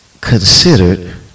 considered